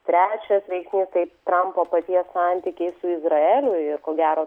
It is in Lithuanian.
trečias veiksnys tai trampo paties santykiai su izraeliu ir ko gero